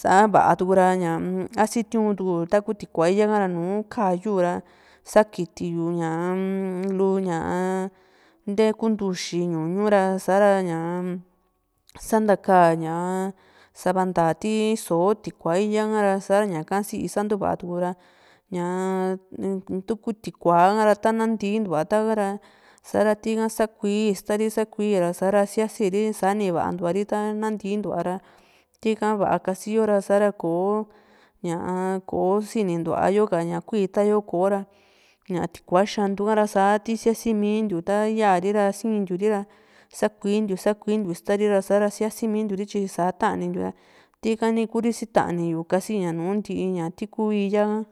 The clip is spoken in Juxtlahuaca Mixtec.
saa vaá tuku ra a sitiutuku taku tikua íya ka´ra nu kaa´yu ra sakitiyu luu ñaa nte ku ntuxi ñuñu ra sa´ra ñaa santaka ña sava ntaa ti soo tikia íya ka´ra sa´ra ñaka sii sa ntuva´a tura ñaa tuku tikuara ta nantii ntua ta´ra sa´ra tika sakuii istari sakui ra siasi ri sani vaantuari ta nantii ntua ra tika va´a kasiyo ra sa´ra koó ña koó sinintua yo ñaku ña kuitayo raña tikua xantu hara sa ti sisiamintiu ta ya´ri ra sintiu ri ra sakuintiu sakuintiu isatari ra sa´ra siasintiu ri tyi saa tanimintiu tika ni Kuri sitaniyu kasi nùù ntii ña tiku íya´a